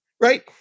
right